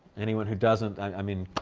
anyone who doesn't, i mean,